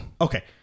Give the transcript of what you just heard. Okay